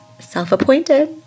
Self-appointed